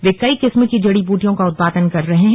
वे कई किस्म की जड़ी ब्रटियों का उत्पादन कर रहे हैं